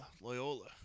Loyola